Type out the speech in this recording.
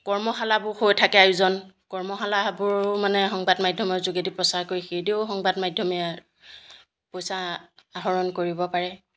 কৰ্মশালাবোৰ হৈ থাকে আয়োজন কৰ্মশালাবোৰো মানে সংবাদ মাধ্যমৰ যোগেদি প্ৰচাৰ কৰি সেইদৰেও সংবাদ মাধ্যমে পইচা আহৰণ কৰিব পাৰে